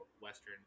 western